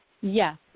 Yes